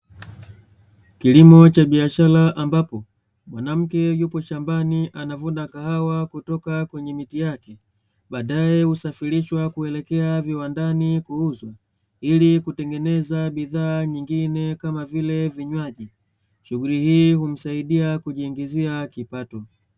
Kilimo cha biashara ambapo, mwanamke yupo shambani anavuna kahawa kutoka kwenye miti yake baadae husafirishwa kuelekea viwandani kuuzwa ili kutengeneza bidhaa nyingine kama vile vinywaji. Shughuli hii humsaidia kujiingizia kipato.